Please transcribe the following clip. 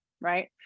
right